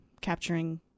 capturing